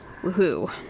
Woohoo